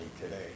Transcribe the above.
today